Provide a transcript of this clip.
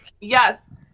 Yes